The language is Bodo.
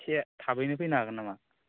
एसे थाबैनो फैनो हागोन नामा